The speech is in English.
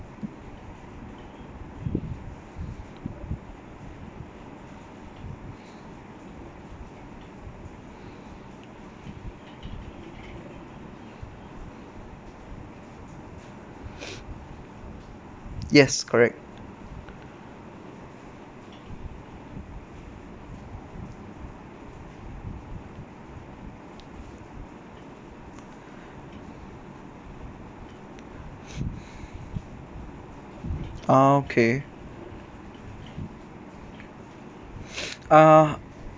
yes correct ah okay ah